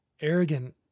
arrogant